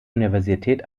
universität